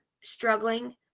struggling